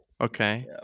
Okay